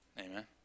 Amen